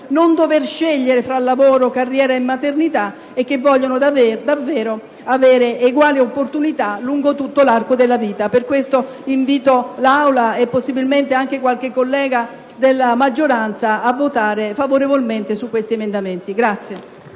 non dover scegliere tra lavoro, carriera e maternità e che vogliono davvero avere eguali opportunità lungo tutto l'arco della vita. Per questo invito l'Assemblea, e possibilmente anche qualche collega della maggioranza, a votare favorevolmente su questi emendamenti.